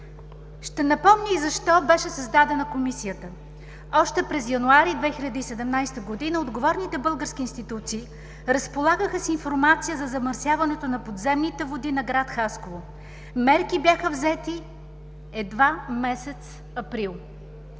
Ще напомня и защо беше създадена Комисията. Още през януари 2017 г. отговорните български институции разполагаха с информация за замърсяването на подземните води на гр. Хасково. Бяха взети мерки едва месец април.